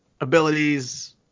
abilities